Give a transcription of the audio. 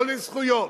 לא לזכויות,